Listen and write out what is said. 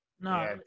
No